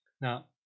Now